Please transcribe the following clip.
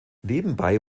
nebenbei